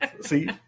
see